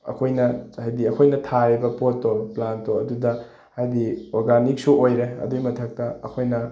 ꯑꯩꯈꯣꯏꯅ ꯍꯥꯏꯗꯤ ꯑꯩꯈꯣꯏꯅ ꯊꯥꯔꯤꯕ ꯄꯣꯠꯇꯣ ꯄ꯭ꯂꯥꯟꯇꯇꯣ ꯑꯗꯨꯗ ꯍꯥꯏꯗꯤ ꯑꯣꯔꯒꯥꯅꯤꯛꯁꯨ ꯑꯣꯏꯔꯦ ꯑꯗꯨꯒꯤ ꯃꯊꯛꯇ ꯑꯩꯈꯣꯏꯅ